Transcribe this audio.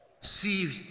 See